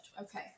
okay